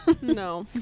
no